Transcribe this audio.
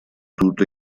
tutto